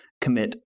commit